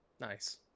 Nice